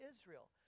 Israel